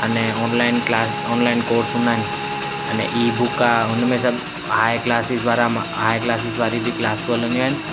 अने online class online course हूंदा आहिनि अने ई बुक आहे हुन में सभु हायर क्लासिस द्वारा मां हायर क्लासिस वारी बि क्लासियूं हलंदियूं आहिनि